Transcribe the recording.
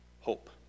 hope